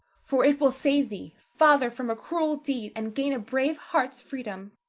for it will save thee, father, from a cruel deed, and gain a brave heart's freedom.